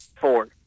four